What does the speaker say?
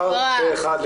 הצבעה בעד,